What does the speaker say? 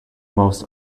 most